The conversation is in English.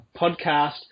podcast